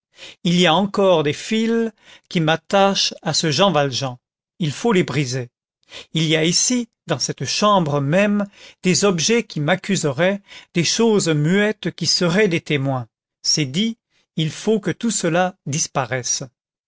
il y a encore des fils qui m'attachent à ce jean valjean il faut les briser il y a ici dans cette chambre même des objets qui m'accuseraient des choses muettes qui seraient des témoins c'est dit il faut que tout cela disparaisse